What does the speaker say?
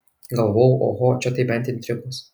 galvojau oho čia tai bent intrigos